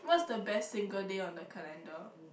what's the best single day on the calender